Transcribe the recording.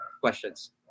questions